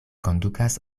kondukas